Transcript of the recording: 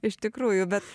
iš tikrųjų bet